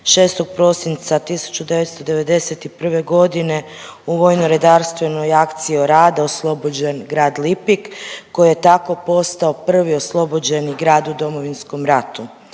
6. prosinca 1991. godine u vojno-redarstvenoj akciji Orada oslobođen grad Lipik koji je tako postao prvi oslobođeni grad u Domovinskom ratu.